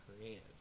creative